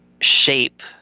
shape